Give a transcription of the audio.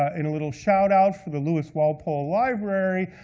ah in a little shoutout for the lewis walpole library,